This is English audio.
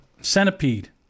centipede